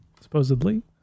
Supposedly